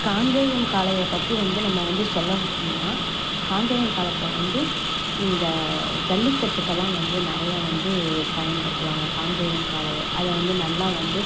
காங்கேயம் காளையை பற்றி வந்து நம்ம வந்து சொல்லணும்னா காங்கேயம் காலத்தை வந்து இந்த ஜல்லிக்கட்டுக்கலாம் வந்து நிறைய வந்து பயன்படுத்துவாங்கள் காங்கேயம் காளையை அதை வந்து நல்லா வந்து